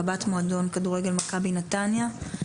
קב"ט מועדון כדורגל מכבי נתניה.